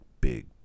big